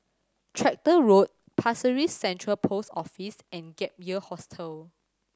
Tractor Road Pasir Ris Central Post Office and Gap Year Hostel